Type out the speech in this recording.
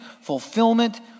fulfillment